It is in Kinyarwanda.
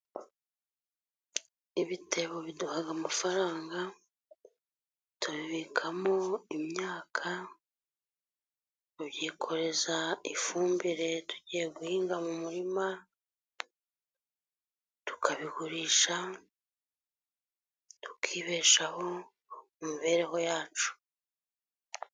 Ibitebo biduha amafaranga, tubibikamo imyaka, tubyikoreza ifumbire tugiye guhinga mu murima, tukabigurisha tukibeshaho mu mibereho yacu.